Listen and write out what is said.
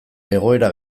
egoera